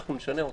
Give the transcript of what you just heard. אנחנו נשנה אותה,